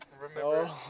remember